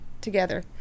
together